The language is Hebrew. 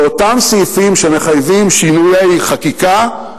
ואותם סעיפים שמחייבים שינויי חקיקה,